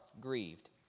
grieved